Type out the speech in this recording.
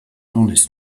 honest